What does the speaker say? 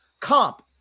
Comp